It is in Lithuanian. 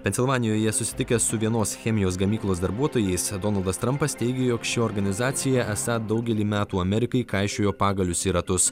pensilvanijoje susitikęs su vienos chemijos gamyklos darbuotojais donaldas trampas teigė jog ši organizacija esą daugelį metų amerikai kaišiojo pagalius į ratus